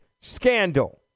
scandal